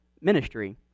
ministry